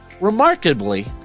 Remarkably